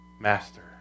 master